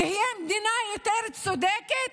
תהיה מדינה יותר צודקת?